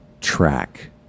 track